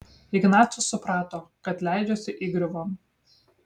ignacius suprato kad leidžiasi įgriuvon